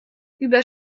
über